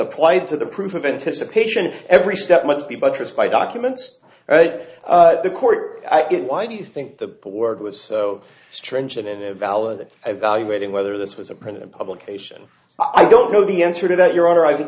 applied to the proof of anticipation every step must be buttressed by documents the court i get why do you think the board was so stringent it valid evaluating whether this was a print publication i don't know the answer to that your honor i think